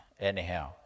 anyhow